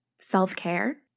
self-care